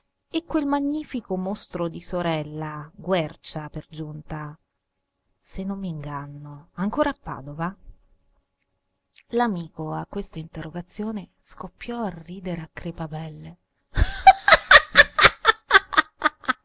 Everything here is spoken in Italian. e quel magnifico mostro di sorella guercia per giunta se non m'inganno ancora a padova l'amico a questa interrogazione scoppiò a ridere a crepapelle